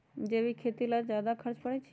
जैविक खेती ला ज्यादा खर्च पड़छई?